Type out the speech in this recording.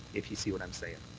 if you see what i'm saying.